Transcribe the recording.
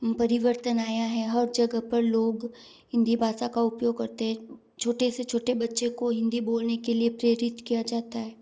परिवर्तन आया है हर जगह पर लोग हिंदी भाषा का उपयोग करते हैं छोटे से छोटे बच्चों को हिंदी बोलने के लिए प्रेरित किया जाता है